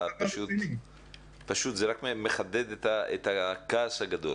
זה רק מחדד את הכעס הגדול.